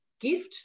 gift